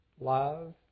Love